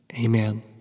Amen